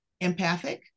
empathic